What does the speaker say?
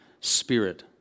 spirit